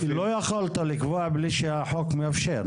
--- אבל לא יכולת לקבוע בלי שהחוק מאפשר,